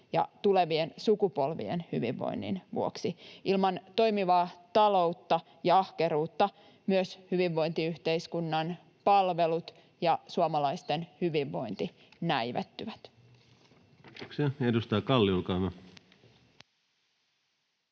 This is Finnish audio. ja tulevien sukupolvien hyvinvoinnin vuoksi. Ilman toimivaa taloutta ja ahkeruutta myös hyvinvointiyhteiskunnan palvelut ja suomalaisten hyvinvointi näivettyvät.